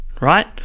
right